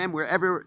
Wherever